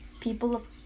people